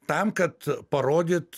tam kad parodyt